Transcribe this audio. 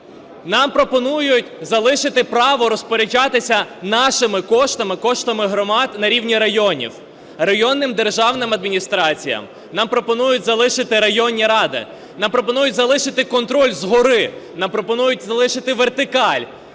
Нам пропонують залишити право розпоряджатися нашими коштами, коштами громад на рівні районів, районним державним адміністраціям. Нам пропонують залишити районні ради. Нам пропонують залишити контроль згори. Нам пропонують залишити вертикаль